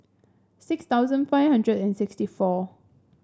six thousand five hundred and sixty four